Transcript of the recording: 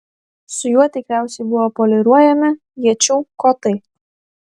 su juo tikriausiai buvo poliruojami iečių kotai